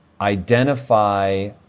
identify